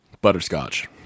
Butterscotch